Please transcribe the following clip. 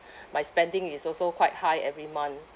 my spending is also quite high every month